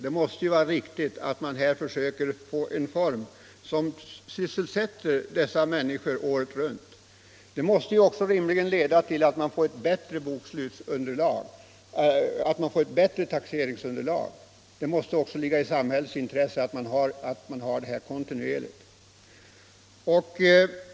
Det måste vara riktigt att här försöka få en form där man sysselsätter människor året runt. Detta måste också leda till att man får ett bättre taxeringsunderlag. Det måste ligga i samhällets intresse att ha detta kontinuerligt.